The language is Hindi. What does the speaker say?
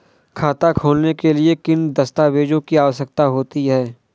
खाता खोलने के लिए किन दस्तावेजों की आवश्यकता होती है?